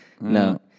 No